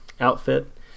outfit